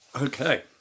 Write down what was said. Okay